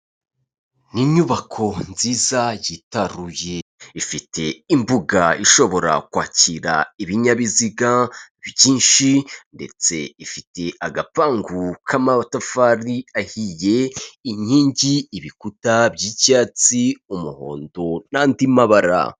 Ni inyubako nziza yitaruye ifite imbuga ishobora kwakira ibinyabiziga byinshi ndetse ifite agapangu k'amatafari ahiye, inkingi, ibikuta by'icyatsi, umuhondo n'andi mabara.